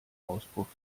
auspuff